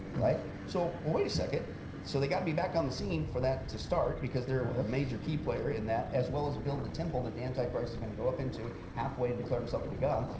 right? so, wait a second so they've got to be back on the scene for that to start because they are a major key player in that. as well as build the temple that the antichrist is going to go up into half way, and declare himself to be god.